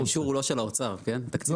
האישור הוא לא של האוצר כן לא,